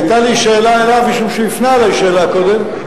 היתה לי שאלה אליו משום שהוא הפנה אלי שאלה קודם.